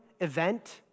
event